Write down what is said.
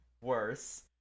worse